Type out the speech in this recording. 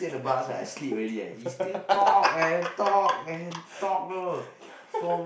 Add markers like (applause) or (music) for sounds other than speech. (laughs)